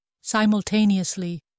Simultaneously